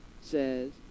says